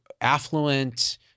affluent